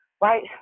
Right